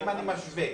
אני משווה